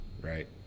Right